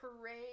parade